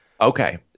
Okay